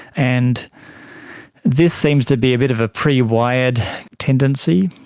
and this seems to be a bit of a prewired tendency.